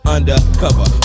Undercover